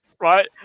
Right